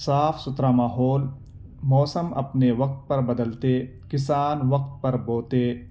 صاف ستھرا ماحول موسم اپنے وقت پر بدلتے کسان وقت پر بوتے